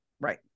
Right